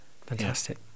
Fantastic